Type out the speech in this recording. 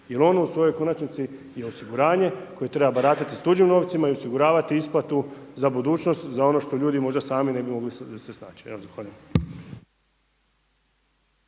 jer ono u svojoj konačnici je osiguranje koje treba baratati s tuđim novcima i osiguravati isplatu za budućnost za ono što ljudi možda sami ne bi mogli se snaći.